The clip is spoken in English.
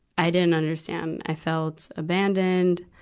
i didn't understand. i felt abandoned.